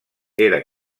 era